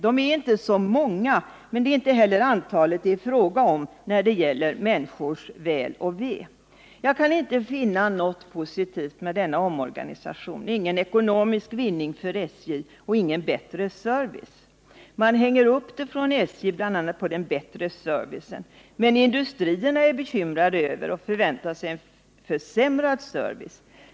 De är inte så många, men det är inte heller antalet det är fråga om när det gäller människors väl och ve. Jag kan inte finna något positivt med denna omorganisation, ingen ekonomisk vinning för SJ och ingen bättre service. SJ hänger upp den bl.a. på den bättre servicen, men industrierna är bekymrade och förväntar sig en sämre service.